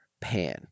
pan